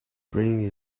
bring